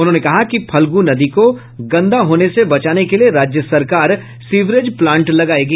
उन्होंने कहा है कि फल्गू नदी को गंदा होने से बचाने के लिये राज्य सरकार सीवरेज प्लांट लगायेगी